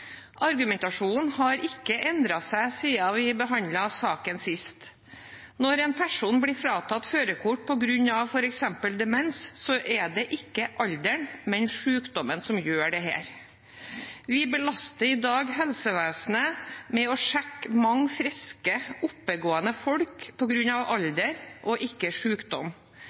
Argumentasjonen har ikke endret seg siden vi behandlet saken sist. Når en person blir fratatt førerkortet på grunn av f.eks. demens, er det ikke alderen, men sykdommen som gjør det. Vi belaster i dag helsevesenet med å sjekke mange friske, oppegående folk på grunn av alder og ikke